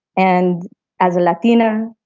and as a latina,